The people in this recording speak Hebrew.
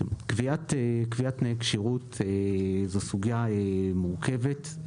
קביעת תנאי כשירות זו סוגיה מורכבת,